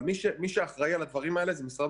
מי שאחראי על הדברים האלה זה משרד